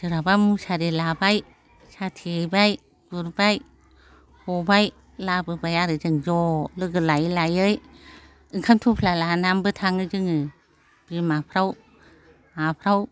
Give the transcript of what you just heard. सोरहाबा मुसारि लाबाय साथे हैबाय गुरबाय हबाय लाबोबाय आरो जों ज' लोगो लायै लायै ओंखाम थफ्ला लानानबो थाङो जोङो बिमाफ्राव माफ्राव